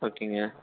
ஓகேங்க